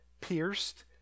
pierced